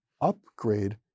upgrade